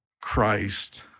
Christ